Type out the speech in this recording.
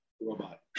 robot